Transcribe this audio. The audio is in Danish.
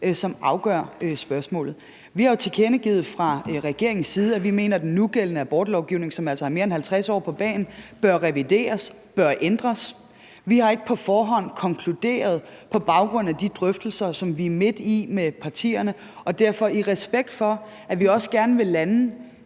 som afgør spørgsmålet. Vi har jo fra regeringens side tilkendegivet, at vi mener, at den nugældende abortlovgivning, som altså har mere end 50 år på bagen, bør revideres, bør ændres. Vi har ikke på forhånd konkluderet noget på baggrund af de drøftelser, som vi er midt i med partierne. Og i respekt for at vi gerne vil lande